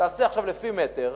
תעשה עכשיו לפי מטרים,